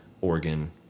organ